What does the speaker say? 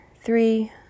three